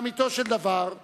לאמתו של דבר,